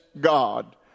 God